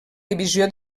divisió